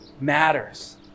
matters